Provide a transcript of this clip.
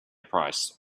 price